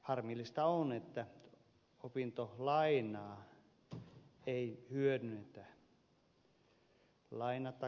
harmillista on että opintolainaa ei hyödynnetä